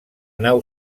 nau